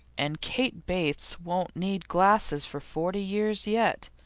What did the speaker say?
and kate bates won't need glasses for forty years yet,